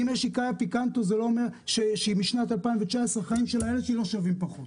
אם יש לי קאיה פיקנטו שהיא משנת 2019 החיים של הילד שלי לא שווים פחות.